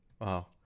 Wow